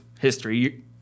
history